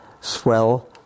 swell